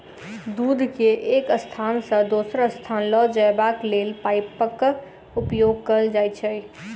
दूध के एक स्थान सॅ दोसर स्थान ल जयबाक लेल पाइपक उपयोग कयल जाइत छै